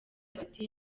bati